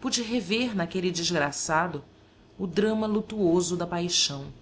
pude rever naquele desgraçado o drama lutuoso da paixão